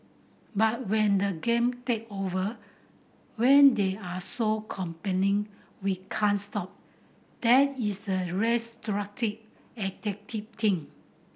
but when the game take over when they are so compelling we can't stop that is a restrictive addictive thing